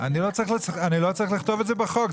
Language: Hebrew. --- אני לא צריך לכתוב את זה בחוק.